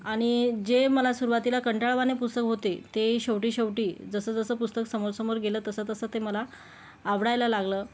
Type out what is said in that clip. आणि जे मला सुरवातीला कंटाळवाणे पुस्तक होते ते शेवटी शेवटी जसं जसं पुस्तक समोर समोर गेलं तसं तसं ते मला आवडायला लागलं